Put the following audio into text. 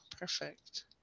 Perfect